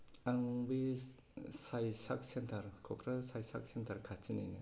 आं बै साय साब सेन्टार क'क्राझार साइ साब सेन्टार खाथिनिनो